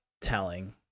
telling